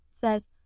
says